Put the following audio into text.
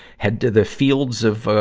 head to the fields of, ah,